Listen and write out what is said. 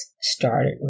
started